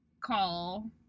call